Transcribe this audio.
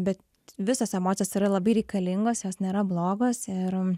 bet visos emocijos yra labai reikalingos jos nėra blogos ir